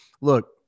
look